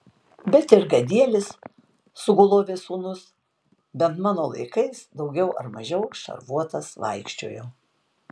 bet ir gadielis sugulovės sūnus bent mano laikais daugiau ar mažiau šarvuotas vaikščiojo